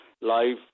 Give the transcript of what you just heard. live